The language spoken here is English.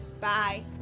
bye